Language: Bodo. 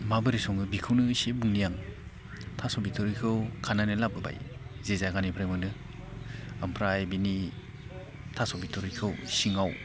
माबोरै सङो बेखौनो इसे बुंनि आं थास' बिथुरिखौ खानानै लाबोबाय जे जागानिफ्राय मोनो ओमफ्राय बिनि थास' बिथुरिखौ सिङाव